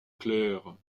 clair